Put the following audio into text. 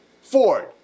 Ford